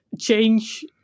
change